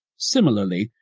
similarly,